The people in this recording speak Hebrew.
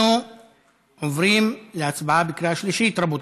אנחנו עוברים להצבעה בקריאה שלישית.